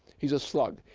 he's a slug.